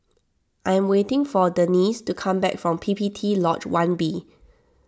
I am waiting for Denice to come back from P P T Lodge one B